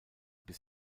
bis